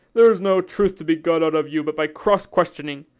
there's no truth to be got out of you but by cross-questioning.